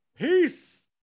Peace